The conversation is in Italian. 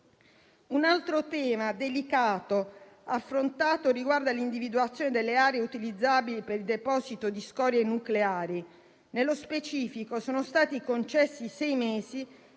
Un altro delicato tema affrontato riguarda l'individuazione delle aree utilizzabili per il deposito di scorie nucleari. Nello specifico sono stati concessi sei mesi